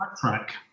track